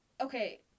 Okay